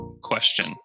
question